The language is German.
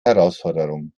herausforderung